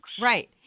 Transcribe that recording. right